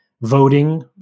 voting